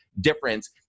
difference